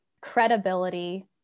credibility